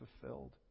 fulfilled